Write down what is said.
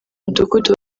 mudugudu